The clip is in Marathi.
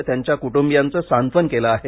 आणि त्यांच्या कुटुंबियांचं सांत्वन केलं आहे